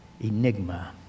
enigma